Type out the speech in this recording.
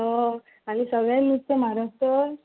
हय आनी सगळे नुस्तें म्हारग तर